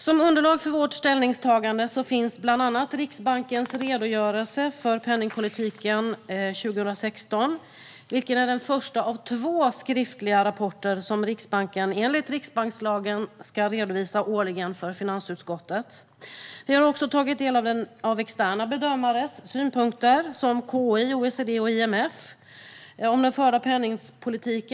Som underlag för vårt ställningstagande finns bland annat Riksbankens redogörelse för penningpolitiken 2016 , vilken är den första av två skriftliga rapporter som Riksbanken enligt riksbankslagen ska redovisa årligen för finansutskottet. Vi har också tagit del av externa bedömares synpunkter om den förda penningpolitiken. Det handlar om KI, OECD och IMF.